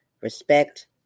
respect